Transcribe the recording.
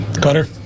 Cutter